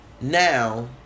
now